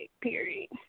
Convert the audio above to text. period